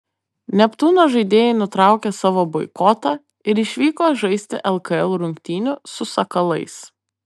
neptūno žaidėjai nutraukė savo boikotą ir išvyko žaisti lkl rungtynių su sakalais